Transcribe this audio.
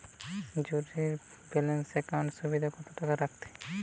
Zero balance account এ সর্বাধিক কত টাকা রাখতে পারি?